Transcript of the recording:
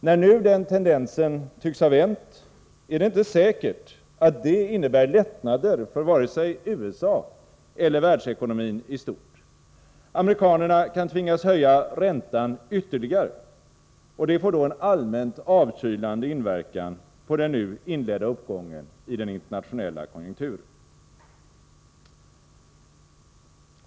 När nu den tendensen tycks ha vänt, är det inte säkert att det innebär lättnader för vare sig USA eller världsekonomin i stort. Amerikanerna kan tvingas höja räntan ytterligare, och det får då en allmänt avkylande inverkan på den nu inledda uppgången i den internationella konjunkturen.